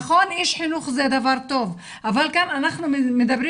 נכון שאיש חינוך זה דבר טוב אבל כאן אנחנו מדברים